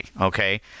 okay